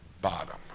bottom